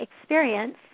experience